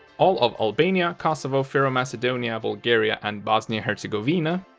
all of albania, kosovo, fyro macedonia, bulgaria and bosnia-herzegovina,